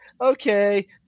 okay